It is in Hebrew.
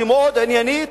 שהיא מאוד עניינית,